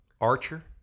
Archer